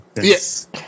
Yes